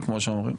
אומנם,